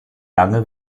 lange